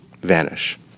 vanish